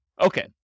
Okay